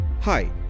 Hi